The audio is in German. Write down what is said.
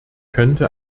könnte